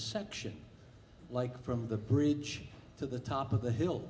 section like from the bridge to the top of the